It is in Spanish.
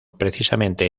precisamente